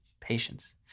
patience